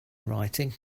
writing